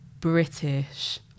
British